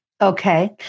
Okay